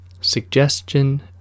suggestion